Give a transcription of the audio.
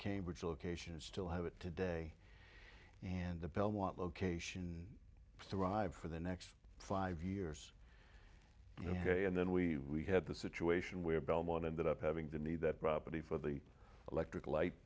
cambridge location and still have it today and the belmont location thrived for the next five years ok and then we had the situation where belmont ended up having to need that property for the electric light